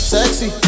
Sexy